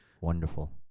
wonderful